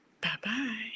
bye-bye